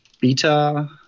beta